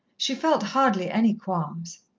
she felt hardly any qualms.